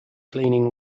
cleaning